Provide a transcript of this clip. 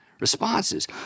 responses